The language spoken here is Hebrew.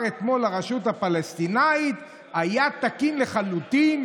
אתמול לרשות הפלסטינית היה תקין לחלוטין.